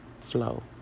flow